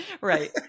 Right